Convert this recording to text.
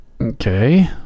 okay